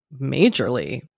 Majorly